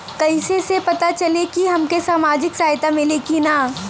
कइसे से पता चली की हमके सामाजिक सहायता मिली की ना?